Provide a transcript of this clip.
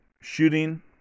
shooting